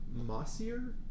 mossier